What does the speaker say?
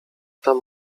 tam